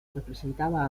representaba